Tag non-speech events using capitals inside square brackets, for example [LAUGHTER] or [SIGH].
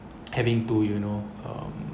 [NOISE] having to you know um